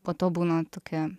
po to būna tokia